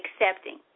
accepting